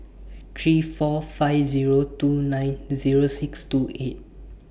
three four five two nine six two eight